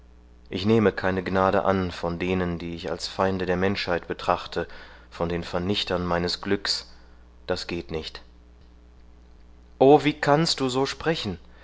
ich nehme keine gnade an von denen die ich als feinde der menschheit betrachte von den vernichtern meines glücks das geht nicht oh wie kannst du so sprechen